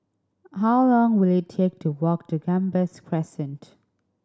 how long will it take to walk to Gambas Crescent